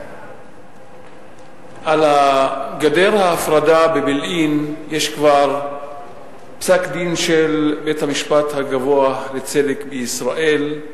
על גדר ההפרדה בבילעין יש כבר פסק-דין של בית-המשפט הגבוה לצדק בישראל,